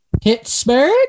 Pittsburgh